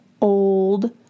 old